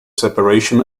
separation